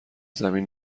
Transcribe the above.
زمین